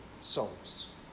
souls